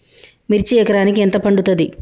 మిర్చి ఎకరానికి ఎంత పండుతది?